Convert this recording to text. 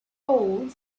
old